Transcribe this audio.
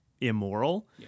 immoral